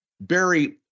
Barry